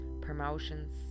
promotions